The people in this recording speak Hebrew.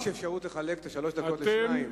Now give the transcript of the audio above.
יש אפשרות לחלק את השלוש דקות לשניים,